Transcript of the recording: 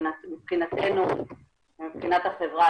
מבחינתנו ומבחינת החברה,